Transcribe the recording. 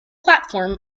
platform